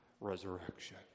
resurrection